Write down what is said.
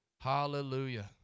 hallelujah